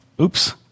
oops